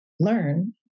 learn